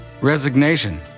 Resignation